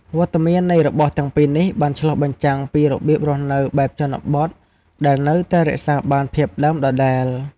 វត្តមាននៃរបស់ទាំងពីរនេះបានឆ្លុះបញ្ចាំងពីរបៀបរស់នៅបែបជនបទដែលនៅតែរក្សាបានភាពដើមដដែល។